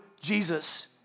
Jesus